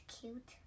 cute